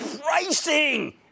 pricing